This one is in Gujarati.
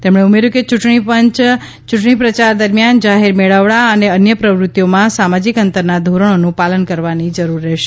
તેમણે ઉમેર્યૂ કે ચૂંટણી પ્રચાર દરમિયાન જાહેર મેળાવડા અને અન્ય પ્રવૃત્તિઓમાં સામાજિક અંતરનાં ધોરણોનું પાલન કરવાની જરૂર રહેશે